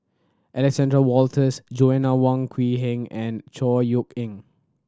Alexander Wolters Joanna Wong Quee Heng and Chor Yeok Eng